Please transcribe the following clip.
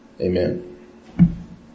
Amen